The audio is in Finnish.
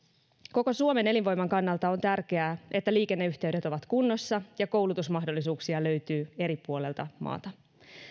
koko suomen elinvoiman kannalta on tärkeää että liikenneyhteydet ovat kunnossa ja koulutusmahdollisuuksia löytyy eri puolilta maata